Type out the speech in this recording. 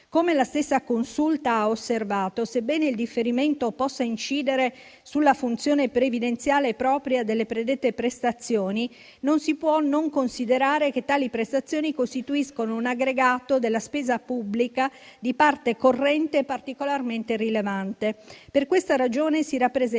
Come la stessa Consulta ha osservato, sebbene il differimento possa incidere sulla funzione previdenziale propria delle predette prestazioni, non si può non considerare che tali prestazioni costituiscono un aggregato della spesa pubblica di parte corrente particolarmente rilevante. Per questa ragione si rappresenta